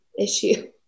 issue